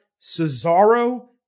Cesaro